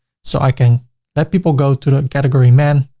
so i can let people go to the category men,